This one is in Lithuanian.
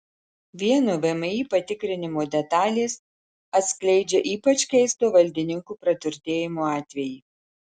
vieno vmi patikrinimo detalės atskleidžia ypač keisto valdininkų praturtėjimo atvejį